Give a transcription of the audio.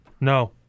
No